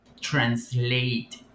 translate